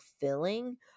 filling